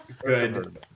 good